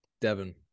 Devin